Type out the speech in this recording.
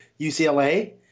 UCLA